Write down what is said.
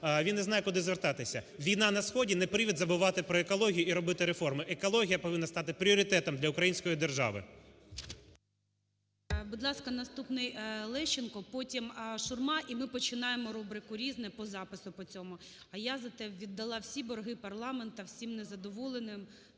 він не знає, куди звертатися. Війна на сході не привід забувати про екологію і робити реформи. Екологія повинна стати пріоритетом для української держави. ГОЛОВУЮЧИЙ. Будь ласка, наступний Лещенко. Потім Шурма, і ми починаємо рубрику "Різне" по запису по цьому. А я зате віддала всі борги парламенту, всім незадоволеним,